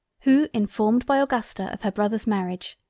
who informed by augusta of her brother's marriage,